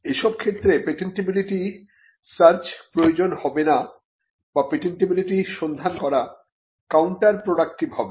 এসব ক্ষেত্রে patentability search প্রয়োজন হবে না বা পেটেন্টিবিলিটি সন্ধান করা কাউন্টার প্রডাক্টিভ হবে